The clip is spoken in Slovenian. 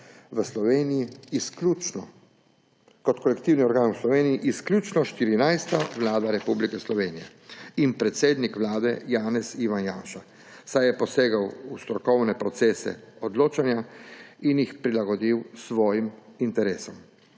stroke nosi kot kolektivni organ v Sloveniji izključno 14. vlada Republike Slovenije in predsednik Janez (Ivan) Janša, saj je posegel v strokovne procese odločanja in jih prilagodil svojim interesom.